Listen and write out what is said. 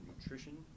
nutrition